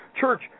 church